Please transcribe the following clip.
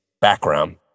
background